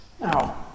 Now